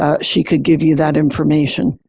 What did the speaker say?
ah she could give you that information.